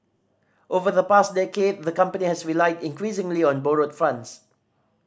over the past decade the company has relied increasingly on borrowed funds